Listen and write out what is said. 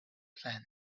planet